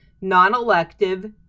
non-elective